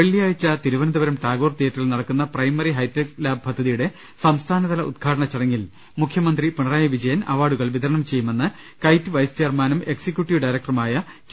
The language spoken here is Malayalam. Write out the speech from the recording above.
വെള്ളിയാഴ്ച തിരുവനന്തപുരം ടാഗോർ തിയറ്ററിൽ നടക്കുന്ന പ്രൈമറി ഹൈടെക് ലാബ് പദ്ധതിയുടെ സംസ്ഥാനതല ഉദ്ഘാടന ചടങ്ങിൽ മുഖ്യ മന്ത്രി പിണറായി വിജയൻ അവാർഡുകൾ വിതരണം ചെയ്യുമെന്ന് കൈറ്റ് വൈസ് ചെയർമാനും എക്സിക്യൂട്ടീവ് ഡയറക്ടറുമായ കെ